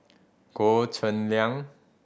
Goh Cheng Liang